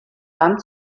dann